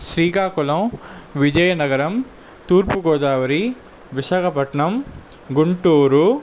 Srikakulam Vizianagaram Turpu Godavari Visakhapatnam Guntur